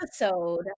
episode